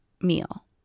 meal